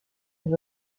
yüz